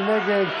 מי נגד?